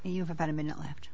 you have about a minute left